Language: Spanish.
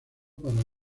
para